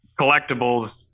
collectibles